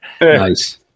Nice